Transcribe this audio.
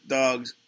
dogs